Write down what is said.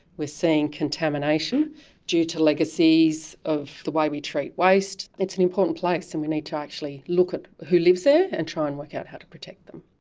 we're seeing contamination due to legacies of the way we treat waste. it's an important place, and we need to actually look at who lives there and try and work out how to protect them.